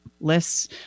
lists